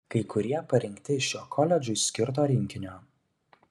kai kurie parinkti iš jo koledžui skirto rinkinio